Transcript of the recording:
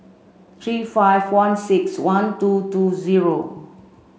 three five one six one two two zero